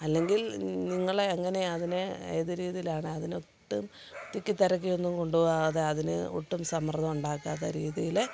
അല്ലെങ്കിൽ നിങ്ങളെ എങ്ങനെ അതിനെ ഏത് രീതിയിലാണ് അതിനൊട്ടും തിക്കി തിരക്കിയൊന്നും കൊണ്ടുപോകാതെ അതിന് ഒട്ടും സമ്മർദ്ദം ഉണ്ടാക്കാത്ത രീതിയിൽ